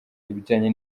ibijyanye